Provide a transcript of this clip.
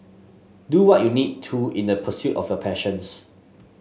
do what you need to in the pursuit of your passions